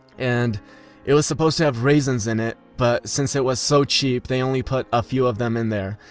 and it was supposed supposed to have raisins in it, but since it was so cheap, they only put a few of them in there.